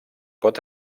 pot